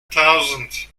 thousand